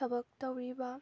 ꯊꯕꯛ ꯇꯧꯔꯤꯕ